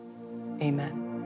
Amen